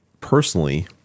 personally